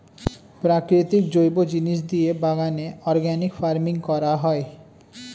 প্রাকৃতিক জৈব জিনিস দিয়ে বাগানে অর্গানিক ফার্মিং করা হয়